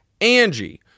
Angie